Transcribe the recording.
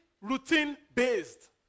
routine-based